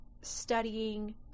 studying